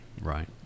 Right